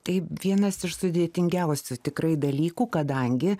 tai vienas iš sudėtingiausių tikrai dalykų kadangi